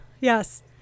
yes